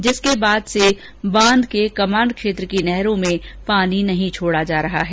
जिसके बाद से बांध के कमाण्ड क्षेत्र की नहरों में पानी नहीं छोडा जा रहा है